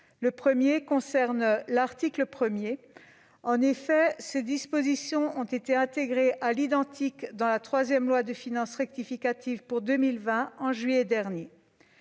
amendement concerne l'article 1, dont les dispositions ont été intégrées à l'identique dans la troisième loi de finances rectificative pour 2020, en juillet dernier.